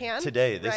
today